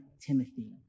Timothy